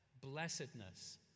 blessedness